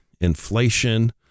inflation